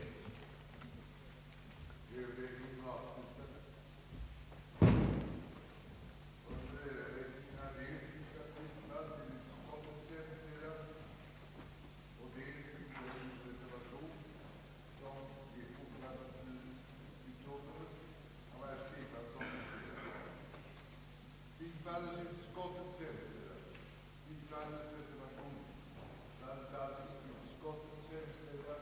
riksgäldskontoret att ikläda staten ytterligare garanti för bankens förpliktelser.